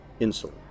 insulin